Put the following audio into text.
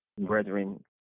Brethren